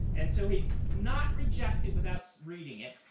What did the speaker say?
and so he'd not reject it without reading it,